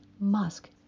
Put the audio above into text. musk